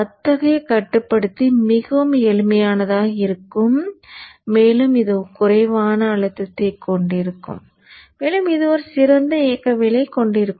அத்தகைய கட்டுப்படுத்தி மிகவும் எளிமையானதாக இருக்கும் மேலும் இது குறைவான அழுத்தத்தைக் கொண்டிருக்கும் மேலும் இது சிறந்த இயக்கவியலைக் கொண்டிருக்கும்